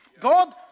God